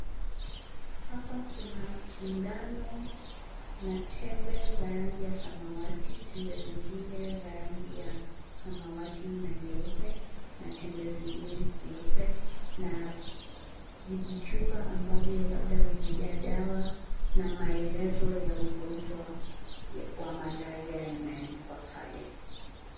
Hapa kuna sindano na tembe za rangi ya samawati, tembe zingine za rangi ya samawati na nyeupe na tembe zingine nyeupe. Na vijichupa ambavyo labda vimejaa dawa na maelezo ya ugonjwa wa malaria yameandikwa pale.